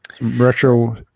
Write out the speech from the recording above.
Retro